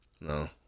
No